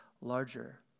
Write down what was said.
larger